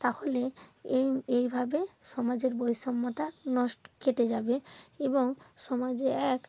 তাহলে এই এইভাবে সমাজের বৈষম্যতা নষ্ট কেটে যাবে এবং সমাজে এক